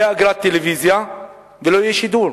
תהיה אגרת טלוויזיה ולא יהיה שידור,